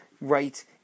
right